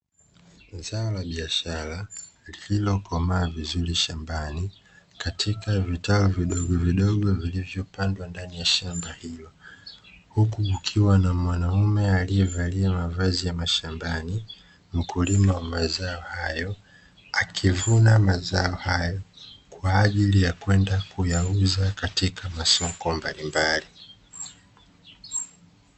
Zao la biashara lililokomaa vizuri shambani katika vitalu vidogovidogo vilivyokatwa ndani ya shamba hilo, huku kukiwa na mwanaume alievalia mavazi ya mashambani, mkulima wa mazao hayo akivuna mazao hayo kwaajili ya kwenda kuyauza katika masoko mbalimbali.